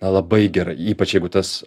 na labai gerai ypač jeigu tas